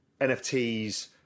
NFTs